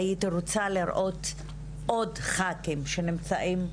והייתי רוצה לראות עוד ח"כים שנמצאים,